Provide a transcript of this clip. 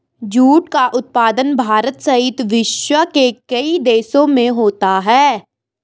jute का उत्पादन भारत सहित विश्व के कई देशों में होता है